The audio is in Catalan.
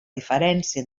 diferència